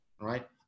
right